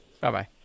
Bye-bye